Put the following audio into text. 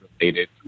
related